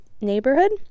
neighborhood